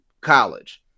college